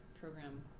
program